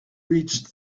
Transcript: reached